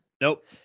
Nope